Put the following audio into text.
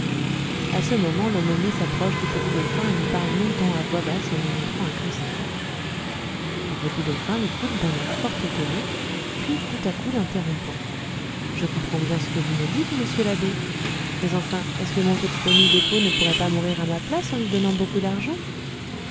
à ce moment l'aumônier s'approche du petit dauphin et lui parle longtemps à voix basse en lui montrant un crucifix le petit dauphin l'écoute d'un air fort étonné puis tout à coup l'interrompant je comprends bien ce que vous me dites monsieur l'abbé mais enfin est-ce que mon petit ami beppo ne pourrait pas mourir à ma place en lui donnant beaucoup d'argent